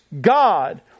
God